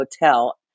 Hotel